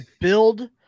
build